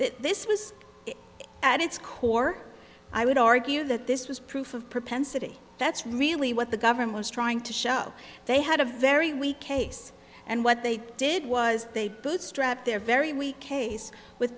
that this was at its core i would argue that this was proof of propensity that's really what the government's trying to show they had a very weak case and what they did was they both strapped their very weak case with